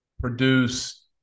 produce